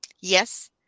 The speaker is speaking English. Yes